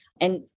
And-